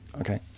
Okay